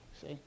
see